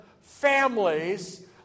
families